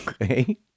okay